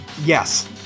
Yes